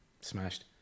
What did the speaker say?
smashed